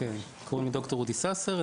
קוראים לי ד"ר אודי ססר,